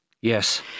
Yes